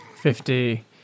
Fifty